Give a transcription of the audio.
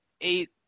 eight